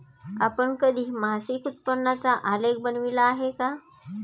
आपण कधी मासिक उत्पन्नाचा आलेख बनविला आहे का?